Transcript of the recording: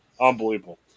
Unbelievable